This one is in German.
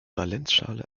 valenzschale